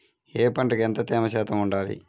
ఏ పంటకు ఎంత తేమ శాతం ఉండాలి?